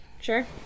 sure